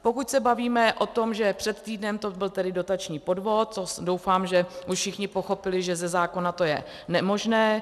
Pokud se bavíme o tom, že před týdnem to byl tedy dotační podvod, to doufám, že už všichni pochopili, že ze zákona to je nemožné.